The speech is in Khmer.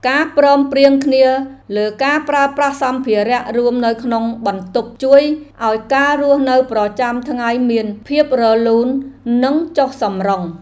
ការព្រមព្រៀងគ្នាលើការប្រើប្រាស់សម្ភារៈរួមនៅក្នុងបន្ទប់ជួយឱ្យការរស់នៅប្រចាំថ្ងៃមានភាពរលូននិងចុះសម្រុង។